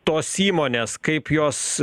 tos įmonės kaip jos